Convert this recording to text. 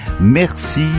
Merci